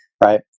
Right